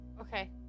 Okay